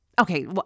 Okay